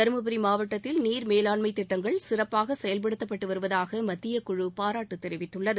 தருமபுரி மாவட்டத்தில் நீர் மேலாண்மை திட்டங்கள் சிறப்பாக செயல்படுத்தப்பட்டு வருவதாக மத்தியக் குழு பாராட்டு தெரிவித்துள்ளது